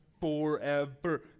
Forever